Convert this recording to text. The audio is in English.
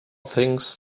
things